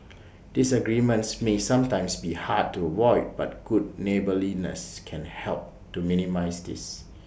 disagreements may sometimes be hard to avoid but good neighbourliness can help to minimise this